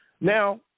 Now